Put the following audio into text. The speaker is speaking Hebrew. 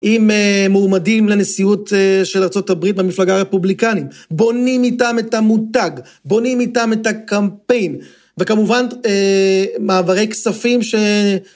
אם מועמדים לנשיאות של ארה״ב במפלגה הרפובליקנית, בונים איתם את המותג, בונים איתם את הקמפיין, וכמובן מעברי כספים ש...